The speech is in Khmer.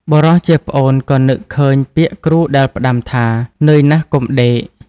បុរសជាប្អូនក៏នឹកឃើញពាក្យគ្រូដែលផ្ដាំថា "នឿយណាស់កុំដេក"។